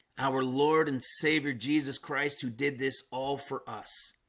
our lord and savior. jesus christ, who did this all for us?